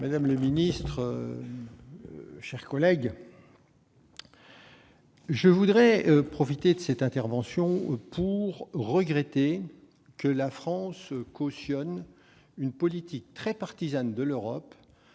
d'État, mes chers collègues, je veux profiter de cette intervention pour regretter que la France cautionne une politique très partisane de l'Europe,